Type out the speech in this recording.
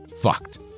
fucked